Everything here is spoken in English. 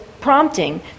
prompting